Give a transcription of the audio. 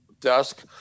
desk